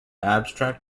abstract